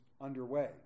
underway